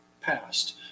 passed